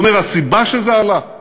הוא אומר: הסיבה שזה עלה היא